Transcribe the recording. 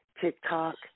TikTok